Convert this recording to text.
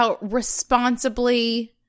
responsibly